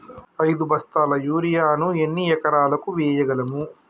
ఐదు బస్తాల యూరియా ను ఎన్ని ఎకరాలకు వేయగలము?